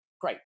Great